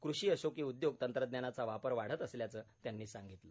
कृषी असो की उद्योग तंत्रज्ञानाचा वापर वाढत असल्याचे त्यांनी सांगीतले